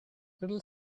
little